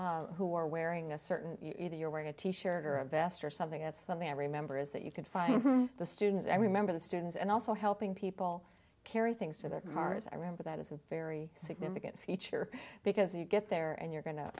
people who are wearing a certain you're wearing a t shirt or a vest or something that's something i remember is that you can find the students i remember the students and also helping people carry things to their cars i remember that is a very significant feature because you get there and you're go